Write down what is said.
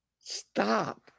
Stop